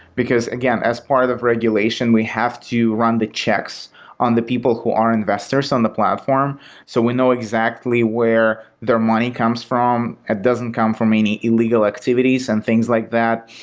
because, again, as part of regulation, we have to run the checks on the people who are investors on the platform so we know exactly where their money comes from. it doesn't come from any illegal activities and things like that.